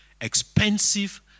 expensive